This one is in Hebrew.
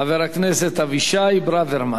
חבר הכנסת אבישי ברוורמן.